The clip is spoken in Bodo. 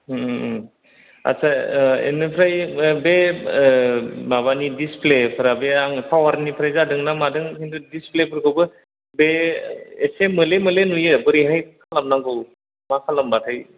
आदसा एनिफ्राय बे माबानि डिसप्लेफ्रा बे आं पावारनिफ्राय जादों ना मादों खिन्थु डिसप्लेफोरखौबो बे एसे मोले मोले नुवो बोरैहाय खालामनांगौ मा खालामबाथाय